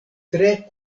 tre